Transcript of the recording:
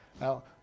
Now